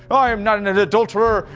but i'm not an adulterer!